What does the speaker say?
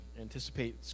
anticipate